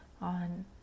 on